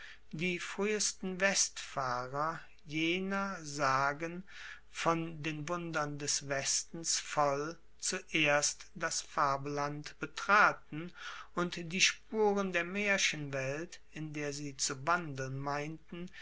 die fruehesten westfahrer jener sagen von den wundern des westens voll zuerst das fabelland betraten und die spuren der maerchenwelt in der sie zu wandeln meinten